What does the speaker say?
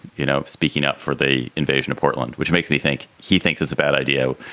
you know, speaking up for the invasion of portland, which makes me think he thinks it's a bad idea,